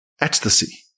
ecstasy